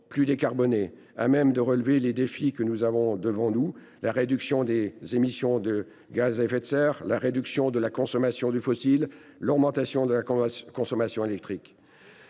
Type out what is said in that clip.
plus décarboné, à même de relever les défis que nous avons devant nous : la réduction des émissions de GES, la réduction de la consommation fossile et l’augmentation de la consommation électrique.